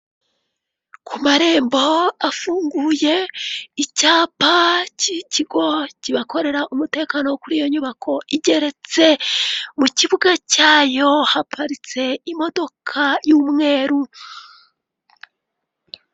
Ku marembo afunguye, icyapa cy'ikigo kibakorera umutekano kuri iyo nyubako igeretse. Mu kibuga cyayo haparitse imodoka y'umweru.